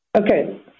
Okay